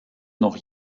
noch